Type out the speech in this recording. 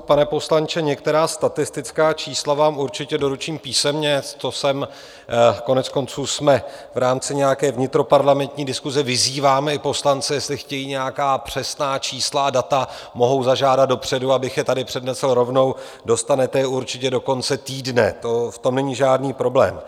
Pane poslanče, některá statistická čísla vám určitě doručím písemně to koneckonců v rámci nějaké vnitroparlamentní diskuse vyzýváme i poslance, jestli chtějí nějaká přesná čísla a data, mohou zažádat dopředu, abych je tady přednesl rovnou, dostanete je určitě do konce týdne, v tom není žádný problém.